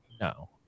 No